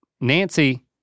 Nancy